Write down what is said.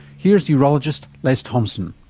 here's urologist les thompson.